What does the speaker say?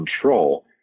control